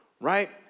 right